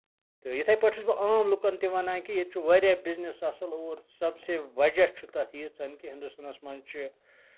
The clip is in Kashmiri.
تہٕ یِتھٕے پٲٹھۍ چھُس بہٕ عام لُکن تہِ وَنان کہِ ییٚتہِ چھُ واریاہ بِزنِس اَصٕل اور سب سے وجہہ چھُ تَتھ یہِ ییٖژاہَن کہِ ہِندُتانَس منٛز چھُ